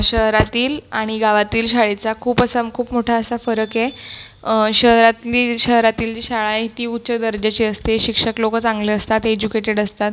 शहरातील आणि गावातील शाळेचा खूप असा खूप मोठा असा फरक आहे शहरातली शहरातील जी शाळा आहे ती उच्च दर्जाची असते शिक्षक लोकं चांगले असतात एज्युकेटेड असतात